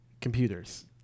computers